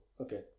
okay